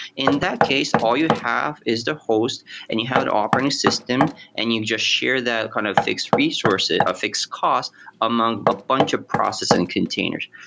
in that case, all you have is the host and you have the operating system and you just share that kind of fixed resource, a fixed cost among a bunch of processing containers.